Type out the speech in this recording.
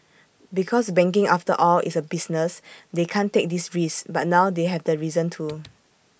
because banking after all is A business they can't take these risks but now they have the reason to